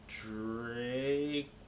Drake